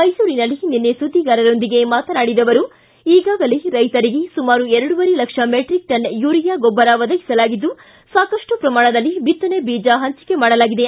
ಮೈಸೂರಿನಲ್ಲಿ ನಿನ್ನೆ ಸುದ್ದಿಗಾರರೊಂದಿಗೆ ಮಾತನಾಡಿದ ಅವರು ಈಗಾಗಲೇ ರೈತರಿಗೆ ಸುಮಾರು ಎರಡೂವರೆ ಲಕ್ಷ ಮೆಟ್ರಕ್ ಟನ್ ಯೂರಿಯಾ ಗೊಬ್ಬರ ಒದಗಿಸಲಾಗಿದ್ದು ಸಾಕಷ್ಟು ಶ್ರಮಾಣದಲ್ಲಿ ಬಿತ್ತನೆ ಬೀಜ ಹಂಚಿಕೆ ಮಾಡಲಾಗಿದೆ